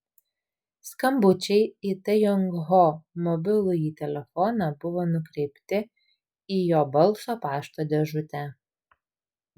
skambučiai į tai jong ho mobilųjį telefoną buvo nukreipti į jo balso pašto dėžutę